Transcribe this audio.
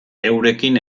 eurekin